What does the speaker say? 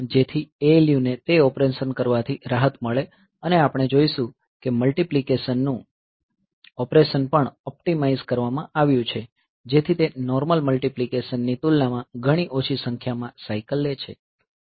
જેથી ALU ને તે ઓપરેશન કરવાથી રાહત મળે અને આપણે જોઈશું કે મલ્ટીપ્લીકેશનનું ઓપરેશન પણ ઑપ્ટિમાઇઝ કરવામાં આવ્યું છે જેથી તે નોર્મલ મલ્ટીપ્લીકેશનની તુલનામાં ઘણી ઓછી સંખ્યામાં સાયકલ લે છે